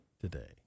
today